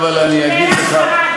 אז --- חברת הכנסת אלהרר,